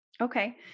Okay